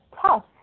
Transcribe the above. tough